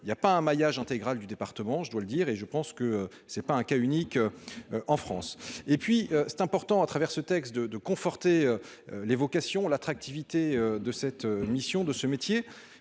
il y a pas un maillage intégral du département, je dois le dire et je pense que c'est pas un cas unique. En France, et puis c'est important à travers ce texte de de conforter l'évocation l'attractivité de cette mission de ce métier